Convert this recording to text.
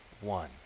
one